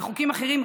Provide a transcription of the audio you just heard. בחוקים אחרים,